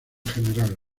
gral